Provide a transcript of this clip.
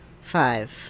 Five